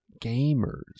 gamers